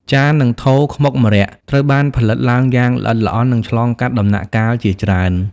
ចាន និងថូខ្មុកម្រ័ក្សណ៍ ត្រូវបានផលិតឡើងយ៉ាងល្អិតល្អន់ និងឆ្លងកាត់ដំណាក់កាលជាច្រើន។